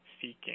Seeking